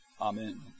Amen